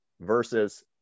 versus